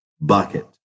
bucket